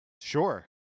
Sure